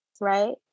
right